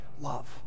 love